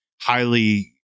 highly